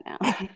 now